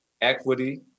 equity